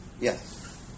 Yes